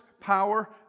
power